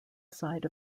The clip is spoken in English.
side